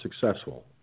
successful